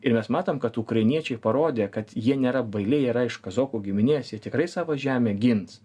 ir mes matom kad ukrainiečiai parodė kad jie nėra bailiai yra iš kazokų giminės jie tikrai savo žemę gins